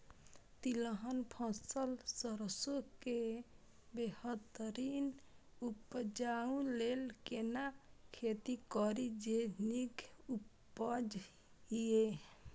तिलहन फसल सरसों के बेहतरीन उपजाऊ लेल केना खेती करी जे नीक उपज हिय?